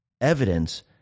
evidence